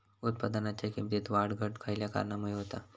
उत्पादनाच्या किमतीत वाढ घट खयल्या कारणामुळे होता?